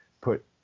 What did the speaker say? put